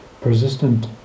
persistent